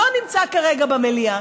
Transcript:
לא נמצא כרגע במליאה,